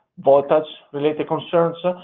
voltage related concerns,